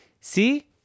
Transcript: See